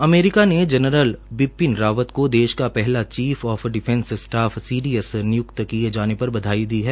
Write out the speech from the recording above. America ने general Bipin Rawat को देश का पहला चीफ ऑफ डिफैंस स्टाफ निय्क्त किये जाने बधाई दी है